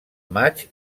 maig